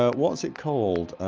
ah what's it called?